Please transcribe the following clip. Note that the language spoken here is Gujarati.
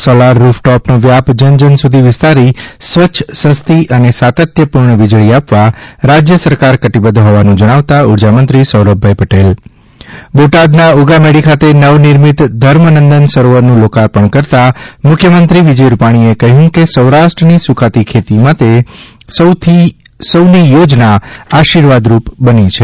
સોલાર રૂફટોપનો વ્યાપ જન જન સુધી વિસ્તારી સ્વચ્છ સસ્તી અને સાતત્યપૂર્ણ વીજળી વ આપવા રાજ્ય સરકાર પ્રતિબદ્ધ હોવાનું જણાવતા ઉર્જામંત્રી સૌરભભાઇ પટેલ બોટાદના ઉગામેડી ખાતે નવનિર્મિત ધર્મનંદન સરોવરનું લોકાર્પણ કરતા મુખ્યમંત્રી શ્રી સ વિજયભાઇ રૂપાણીએ કહ્યું છે કે સૌરાષ્ટ્રની સુકાતી ખેતી માટે સૌની યોજના આશીર્વાદરૂપ બની છે